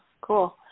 cool